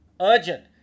Urgent